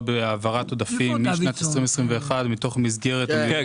בהעברת עודפים משנת 2021 מתוך מסגרת תקציב הקורונה.